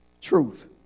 Truth